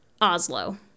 Oslo